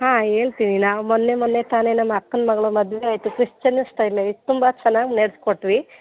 ಹಾಂ ಹೇಳ್ತೀವಿ ನಾವು ಮೊನ್ನೆ ಮೊನ್ನೆ ತಾನೆ ನಮ್ಮ ಅಕ್ಕನ ಮಗಳ ಮದುವೆ ಆಯಿತು ಕ್ರಿಶ್ಚನ್ ಸ್ಟೈಲೇ ತುಂಬ ಚೆನ್ನಾಗಿ ನಡೆಸ್ಕೊಟ್ವಿ